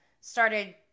started